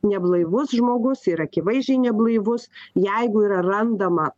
neblaivus žmogus ir akivaizdžiai neblaivus jeigu yra randama